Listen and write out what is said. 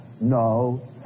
no